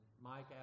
Mike